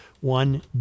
One